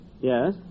Yes